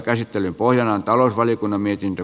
käsittelyn pohjana on talousvaliokunnan mietintö